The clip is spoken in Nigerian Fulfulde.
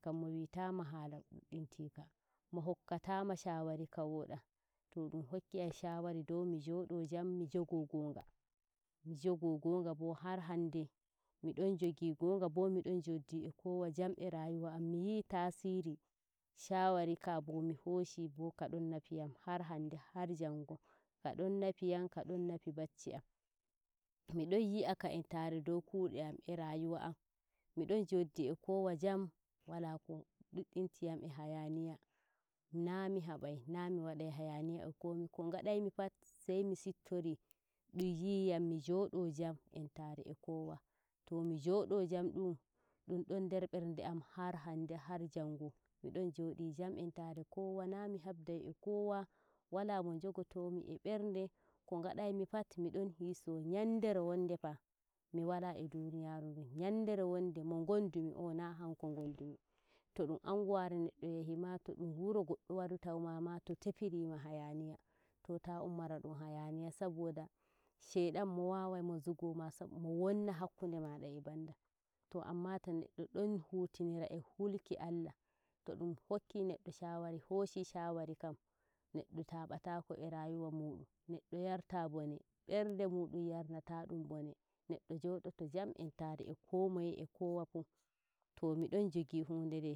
kam mo witaama haala ɗuɗɗum tika mohakkalama shawara ka woda to ɗum hokki jam shawara dow mi jado jam mi jogo gonga. Mi jogo gonga bo har hanɗe midon jogi gonga bo mi don joɗɗi e jam e rayuwa am. Miyi'i tasiri shwawari ka bo mo hoshi ka don nafiyam har hanɗe har jango ka dai nafiyam kadon nafi bacci am. Midon yi'aka entare mi don yiaka entare dow kwaɗo am e rayuwa am miɗon jaddi e kowa jam wala ko dudddin tryam ehanyaniya e komi ko ngadaimi pat sai mi siptori ɗum yiyan mi jodo jam entare e kowa. to mi joɗo jam ɗum, dun don ader barde am har hande har jango mdon joodi jam entare e kowa naa mi habdai e kowa wala me jogomi e berde. ko ngadai mi pat midon hiso nyander wonde fa mi wala e dumyama dum nyadare wonde mo ngondumi oo na hanko to ɗum anguware neɗɗo yahi ma to dumwuw goɗɗo wari towumama to hafirima hayaniya to tua ummori dum hyaniya saboda dom shiadn wawari jufoma mo wonna hakkunde made e bandu. to amma to neddo don hufinara e hulki Allah to dum hokki neddo shawari hoshi shawari kam neɗɗo tuabatako e rayuwa muɗumneddo yarta bone. Bernde mutum yar nata ɗum bone neɗɗo jodoto jam entare e komoye e kowa fuu. To midon jogi hunde ndeMi jodo jam e kowa mi hula Allah banda tashin hankali banda ko ɗume to mi don jodi jam e komoye wala mo kabdai mi hande mi wala sobajo haure am ko ngodimi mi wala o dun sobojo haure am jam jodimi e kowa. Mi don jogi kowa e berde wore wala mo jogimi berde didi wala bo mo balde mi e bernde am e mi nana mone mun him um, miɗon jodi jam e komoye fu saboda hiri weti meta onma mi walla hanko onma mo wala. To to mi don jogi mo e berde kam noye yande mo wala no ngadai mi, a miyahai na miyi'a mo mo yaro munyal yadake sa lake mi yahata mi yi'amo o yorai munyal min don ma mo warata mo yi'a yam wane wadu munyal saboda lokaci quranake min min pat amin. Lokaci qurake. To unhokki neɗɗo shawari neɗɗo jogo shawari no ka famdiri pat noka naawiri pat ka nafai neddo hiri weti to kanjum mi don joyika bo ka dan nafayam kullum midon yi'ah tasiri shawari ka'ah.